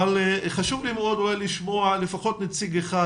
אבל חשוב לי מאוד לשמוע לפחות נציג אחד.